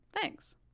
Thanks